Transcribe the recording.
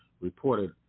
reported